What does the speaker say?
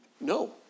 No